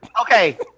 Okay